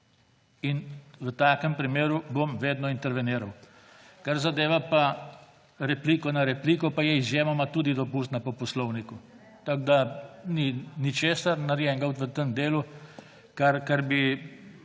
V takem primeru bom vedno interveniral. Kar zadeva pa repliko na repliko, je izjemoma tudi dopustna po poslovniku. Tako da v tem delu ni narejenega ničesar, kar ne